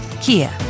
Kia